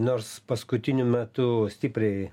nors paskutiniu metu stipriai